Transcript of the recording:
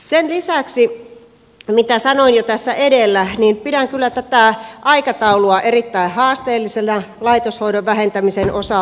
sen lisäksi mitä sanoin jo tässä edellä pidän kyllä tätä aikataulua erittäin haasteellisena laitoshoidon vähentämisen osalta